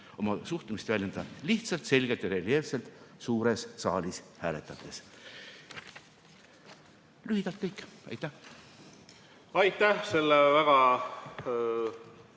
oma suhtumist väljendada lihtsalt, selgelt ja reljeefselt suures saalis hääletades. Lühidalt kõik. Aitäh! Liigume edasi